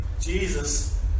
Jesus